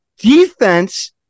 Defense